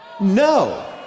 No